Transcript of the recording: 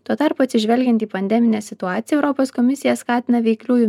tuo tarpu atsižvelgiant į pandeminę situaciją europos komisija skatina veikliųjų